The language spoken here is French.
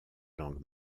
langue